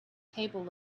table